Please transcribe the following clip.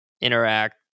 interact